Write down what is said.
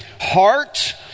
heart